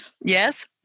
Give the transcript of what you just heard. Yes